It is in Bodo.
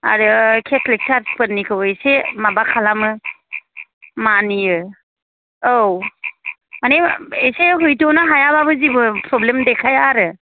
आरो खेटलिक सार्स फोरनिखौ एसे माबा खालामो मानियो औ माने एसे हैथ'नो हायाबाबो जेबो फ्रब्लेम देखाया आरो